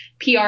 PR